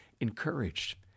encouraged